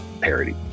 parody